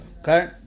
Okay